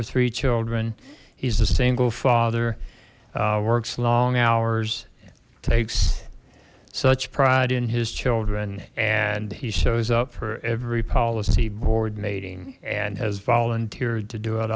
or three children he's a single father works long hours takes such pride in his children and he shows up for every policy board meeting and as volunteered to do it